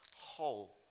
whole